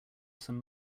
some